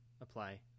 apply